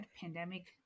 pandemic